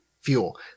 fuel